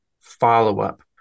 follow-up